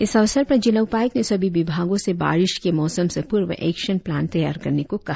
इस अवसर पर जिला उपायुक्त ने सभी विभागों से बारिश के मौसम से पूर्व एक्शन प्लान तैयार करने को कहा